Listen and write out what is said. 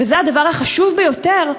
וזה הדבר החשוב ביותר,